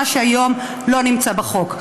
מה שהיום לא נמצא בחוק.